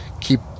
keep